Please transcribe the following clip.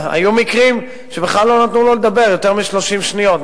היו מקרים שבכלל לא נתנו לו לדבר יותר מ-30 שניות.